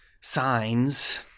signs